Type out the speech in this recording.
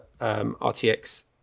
RTX